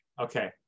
Okay